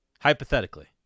Hypothetically